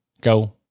go